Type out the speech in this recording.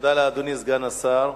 תודה לאדוני סגן השר.